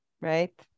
right